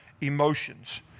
emotions